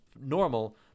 normal